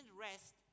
rest